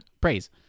Praise